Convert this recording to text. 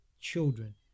children